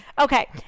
okay